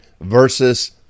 versus